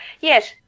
Yes